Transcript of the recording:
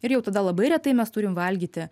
ir jau tada labai retai mes turim valgyti